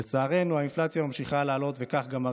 לצערנו, האינפלציה ממשיכה לעלות וכך גם הריבית.